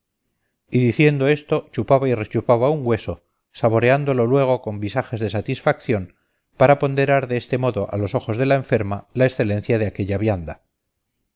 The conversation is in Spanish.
y diciendo esto chupaba y rechupaba un hueso saboreándolo luego con visajes de satisfacción para ponderar de este modo a los ojos de la enferma la excelencia de aquella vianda